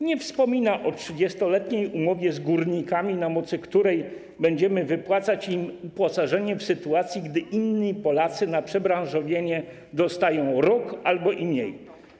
Nie wspomina o 30-letniej umowie z górnikami, na mocy której będziemy wypłacać im uposażenie, w sytuacji gdy inni Polacy na przebranżowienie dostają rok albo i mniej.